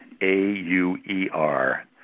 A-U-E-R